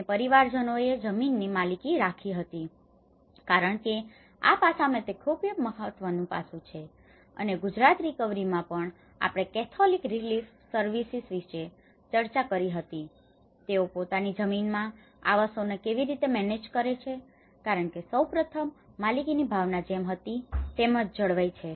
અને પરિવારોએ જમીનની માલિકી રાખી હતી કારણ કે આ પાસામાં તે મુખ્ય મહત્વનું પાસું છે અને ગુજરાત રિકવરીમાં પણ આપણે કેથોલિક રીલીફ સર્વિસીસ વિશે ચર્ચા કરી હતી કે તેઓ પોતાની જમીનમાં આવાસોને કેવી રીતે મેનેજ કરે છે કારણ કે સૌ પ્રથમ માલિકીની ભાવના જેમ હતી તેમ જ જળવાઈ છે